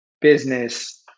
business